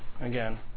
again